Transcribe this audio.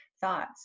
thoughts